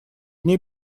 ней